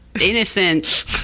innocent